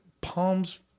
palms